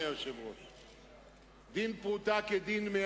אדוני היושב-ראש.